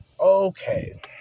Okay